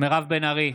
מירב בן ארי,